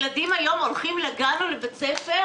ילדים היום הולכים לגן או לבית ספר